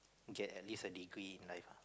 get at least a degree in life ah